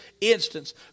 instance